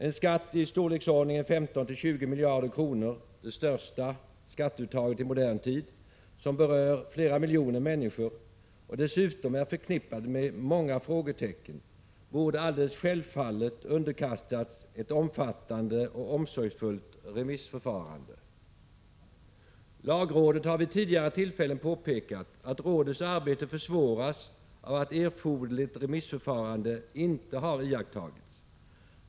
En skatt i storleksordningen 15-20 miljarder kronor — det största skatteuttaget i modern tid — som berör flera miljoner människor och som dessutom är förknippad med många frågetecken borde alldeles självfallet underkastats ett omfattande och omsorgsfullt remissförfarande. Lagrådet har vid tidigare tillfällen påpekat att rådets arbete försvårats av att erforderligt remissförfarande inte har iakttagits.